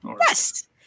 Yes